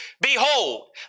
behold